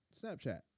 Snapchat